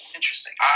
interesting